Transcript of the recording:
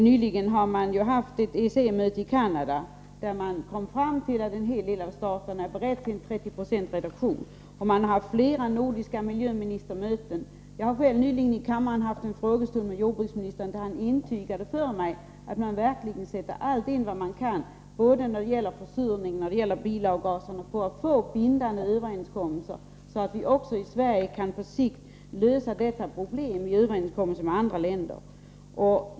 Nyligen har man haft ett ECE-möte i Canada, där det visade sig att en hel del av staterna är beredda till 30 96 reduktion. Och man har haft flera nordiska miljöministermöten. Jag har själv nyligen här i kammaren haft en frågestund med jordbruksministern, varvid han intygade att man verkligen sätter till allt vad man kan för att få till stånd bindande överenskommelser när det gäller försurningen och bilavgaserna, så att vi också i Sverige på sikt skall kunna lösa dessa problem i samförstånd med andra länder.